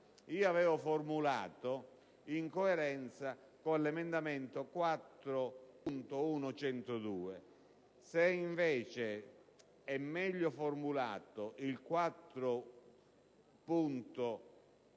avevo formulato in coerenza con l'emendamento 4.102. Se invece è meglio formulato